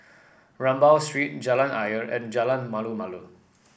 Rambau Street Jalan Ayer and Jalan Malu Malu